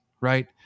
Right